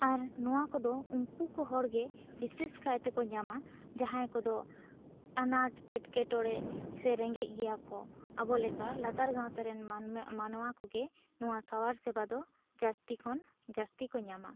ᱟᱨ ᱱᱚᱣᱟ ᱠᱚ ᱫᱚ ᱩᱱᱠᱩ ᱠᱚ ᱦᱚᱲ ᱜᱮ ᱵᱤᱥᱮᱥᱠᱟᱭ ᱛᱮᱠᱚ ᱧᱟᱢᱟ ᱡᱟᱦᱟᱸᱭ ᱠᱚ ᱫᱚ ᱟᱱᱟᱴ ᱮᱴᱠᱮᱴᱚᱬᱮ ᱥᱮ ᱨᱮᱸᱜᱮᱡ ᱜᱮᱭᱟ ᱠᱚ ᱟᱵᱚ ᱞᱮᱠᱟ ᱞᱟᱛᱟᱨ ᱜᱟᱶᱛᱟ ᱨᱮᱱ ᱢᱟᱹᱱᱢᱤ ᱢᱟᱱᱣᱟ ᱠᱚᱜᱮ ᱱᱚᱣᱟ ᱥᱟᱶᱛᱟ ᱥᱮᱵᱟ ᱫᱚ ᱡᱟᱹᱥᱛᱤ ᱠᱷᱚᱱ ᱡᱟᱹᱥᱛᱤ ᱠᱚ ᱧᱟᱢᱟ